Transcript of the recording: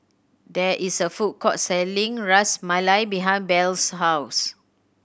there is a food court selling Ras Malai behind Belle's house